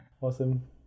Awesome